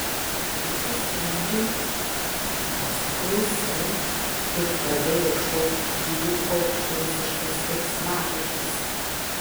prasistumdžiau pasiklausiau ir pradėjau šaukti trijų aukštų rusiškais keiksmažodžiais